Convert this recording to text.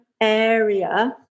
area